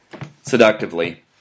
seductively